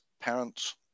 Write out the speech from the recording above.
parents